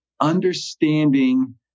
understanding